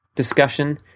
discussion